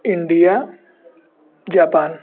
India Japan